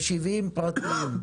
וגם שיהיו 70 רכבים פרטיים.